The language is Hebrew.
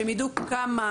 שהם יידעו כמה.